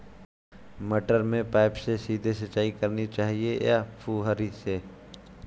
मटर में पाइप से सीधे सिंचाई करनी चाहिए या फुहरी से?